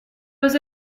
was